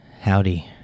Howdy